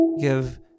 give